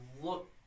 look